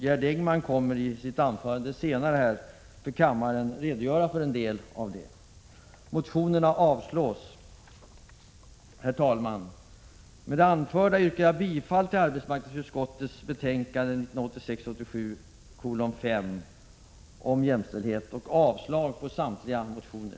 Gerd Engman kommer i sitt anförande att redogöra för en del av det arbete som bedrivs. Med det anförda avstyrks motionerna. Herr talman! Jag yrkar bifall till hemställan i arbetsmarknadsutskottets betänkande 1986/87:5 om jämställdhet och avslag på samtliga motioner.